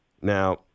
now